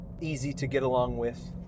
easy-to-get-along-with